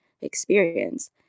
experience